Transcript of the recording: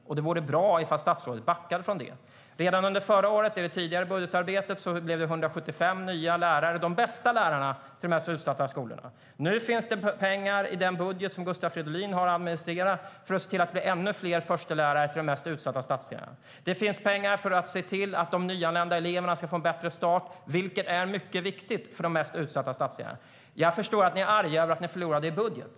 Och det vore bra ifall statsrådet backade från det. Redan under förra året, i det tidigare budgetarbetet, blev det 175 nya lärare - de bästa lärarna anställda på de mest utsatta skolorna. I den budget som Gustav Fridolin har att administrera finns det pengar för att se till att det blir ännu fler förstelärare i de mest utsatta stadsdelarna. Det finns pengar för att se till att de nyanlända eleverna ska få en bättre start, vilket är mycket viktigt för de mest utsatta stadsdelarna. Jag förstår att ni är arga över att ni förlorade er budget.